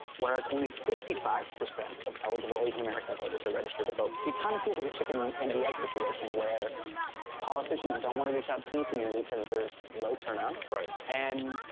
whereas only fifty five percent of eligible asian american voters are registered to vote. it kind of feels like a chicken and the egg situation where politicians don't want to reach out to the community cause there's low turnout. right. and.